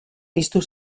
piztu